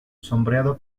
sombreado